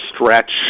stretch